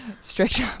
strict